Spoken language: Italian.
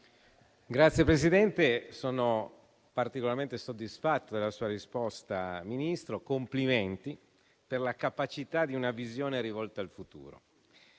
Signor Presidente, sono particolarmente soddisfatto della risposta del Ministro e mi complimento con lui per la capacità di una visione rivolta al futuro.